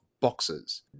boxes